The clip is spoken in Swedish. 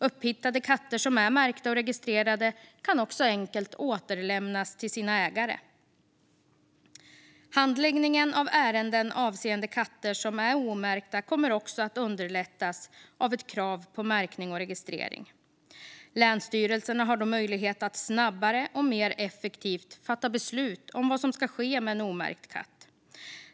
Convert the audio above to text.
Upphittade katter som är märkta och registrerade kan enkelt återlämnas till sina ägare. Handläggningen av ärenden avseende katter som är omärkta kommer också att underlättas av ett krav på märkning och registrering. Länsstyrelserna har då möjlighet att snabbare och mer effektivt fatta beslut om vad som ska ske med en omärkt katt.